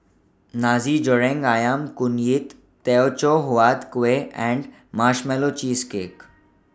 Nasi Goreng Ayam Kunyit Teochew Huat Kueh and Marshmallow Cheesecake